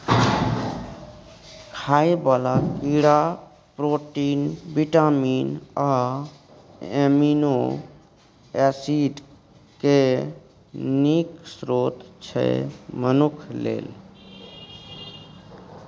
खाइ बला कीड़ा प्रोटीन, बिटामिन आ एमिनो एसिड केँ नीक स्रोत छै मनुख लेल